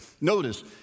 Notice